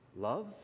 Love